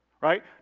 right